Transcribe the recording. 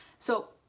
so,